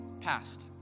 passed